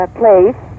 place